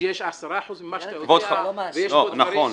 שיש 10% מה שאתה יודע --- זה נכון.